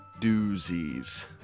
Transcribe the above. doozies